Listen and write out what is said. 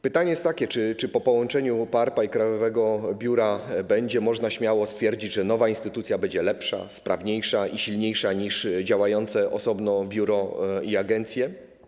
Pytanie jest takie: Czy po połączeniu PARPA i krajowego biura będzie można śmiało stwierdzić, że nowa instytucja będzie lepsza, sprawniejsza i silniejsza niż działające osobno biuro i agencja?